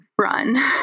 run